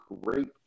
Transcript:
great